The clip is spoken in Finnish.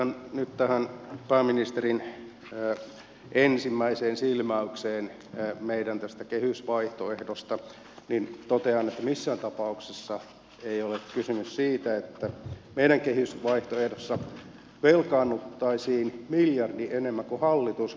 ihan nyt tähän pääministerin ensimmäiseen silmäykseen tästä meidän kehysvaihtoehdosta totean että missään tapauksessa ei ole kysymys siitä että meidän kehysvaihtoehdossa velkaannuttaisiin miljardi enemmän kuin hallitus päinvastoin